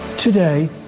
Today